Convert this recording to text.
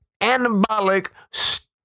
anabolic